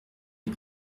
est